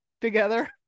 together